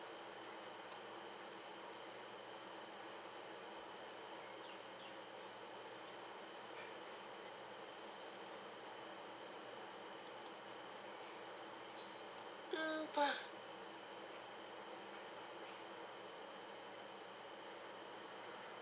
mm per